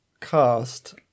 cast